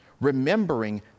Remembering